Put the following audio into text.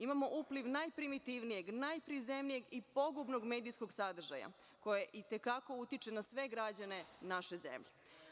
Imamo upliv najprimitivnijeg, najprizemnijeg i pogubnog medijskog sadržaja, koji i te kako utiče na sve građane naše zemlje.